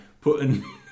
putting